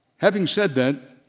having said that,